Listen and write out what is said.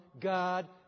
God